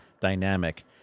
dynamic